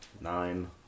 Nine